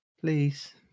please